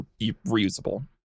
reusable